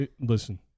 Listen